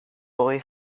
boy